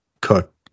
Cook